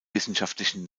wissenschaftlichen